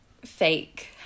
fake